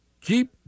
keep